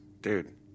dude